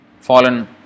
fallen